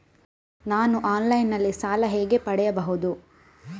ನಾನು ಆನ್ಲೈನ್ನಲ್ಲಿ ಸಾಲ ಹೇಗೆ ಪಡೆಯುವುದು?